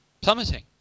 plummeting